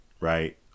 right